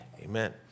Amen